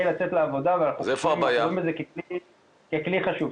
לצאת לעבודה ואנחנו חושבים ורואים בזה ככלי חשוב.